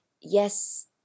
Yes